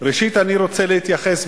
ראשית אני רוצה להתייחס,